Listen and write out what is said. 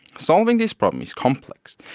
solving this problem is complex,